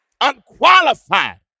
unqualified